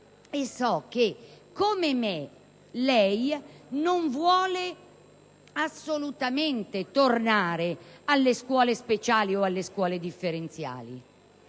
e so che, come me, lei non vuole assolutamente tornare alle scuole speciali o alle scuole differenziali.